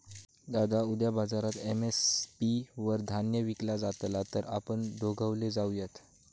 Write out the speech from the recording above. दादा उद्या बाजारात एम.एस.पी वर धान्य विकला जातला तर आपण दोघवले जाऊयात